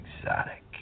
exotic